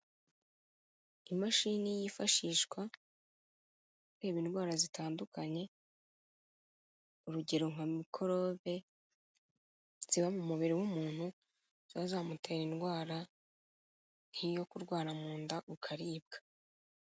Imashini yifashishwa ireba indwara zitandukanye, urugero nka mikorobe ziba mu mubiri w'umuntu ziba zamutera indwara nk'iyo kurwara mu nda ukaribwa.